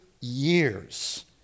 years